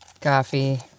Coffee